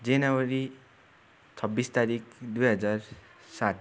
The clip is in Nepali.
जनवरी छब्बिस तारिक दुई हजार सात